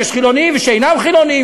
יש חילונים ושאינם חילונים,